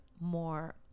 more